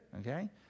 Okay